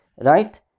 right